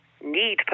need